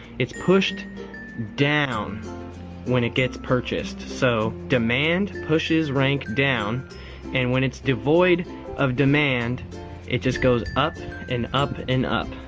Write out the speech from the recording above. it's pushed down when it gets purchased. so demand pushes rank down and when it's devoid of demand it just goes up and up and up.